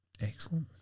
Excellent